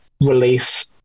release